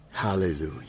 Hallelujah